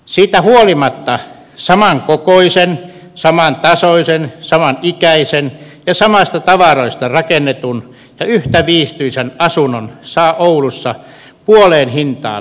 siitä huolimatta saman kokoisen saman tasoisen saman ikäisen ja samasta tavarasta rakennetun ja yhtä viihtyisän asunnon saa oulussa puoleen hintaan siitä mitä helsingissä